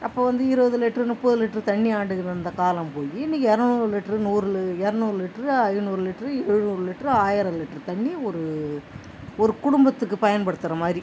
அப்போ வந்து இருபது லிட்ரு முப்பது லிட்ரு தண்ணி ஆண்டுட்டு இருந்த காலம் போய் இன்றைக்கி இரநூறு லிட்ரு நூறு லி இரநூறு லிட்ரு ஐநூறு லிட்ரு எழுநூறு லிட்ரு ஆயிரம் லிட்ரு தண்ணி ஒரு ஒரு குடும்பத்துக்கு பயன்படுத்துற மாதிரி